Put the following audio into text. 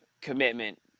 commitment